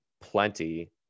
plenty